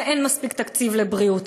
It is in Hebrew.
ואין מספיק תקציב לבריאות,